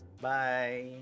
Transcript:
Bye